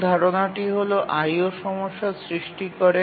মূল ধারণাটি হল IO সমস্যার সৃষ্টি করে